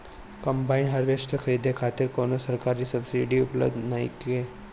Combine harvester खरीदे खातिर कउनो सरकारी सब्सीडी उपलब्ध नइखे?